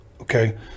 okay